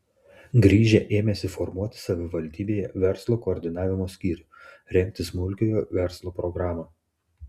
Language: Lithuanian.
grįžę ėmėsi formuoti savivaldybėje verslo koordinavimo skyrių rengti smulkiojo verslo programą